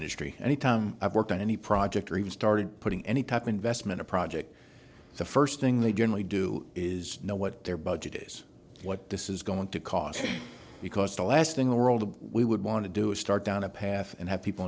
history any time i've worked on any project or even started putting any type investment a project the first thing they generally do is know what their budget is what this is going to cost because the last thing the world we would want to do is start down a path and have people